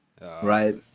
right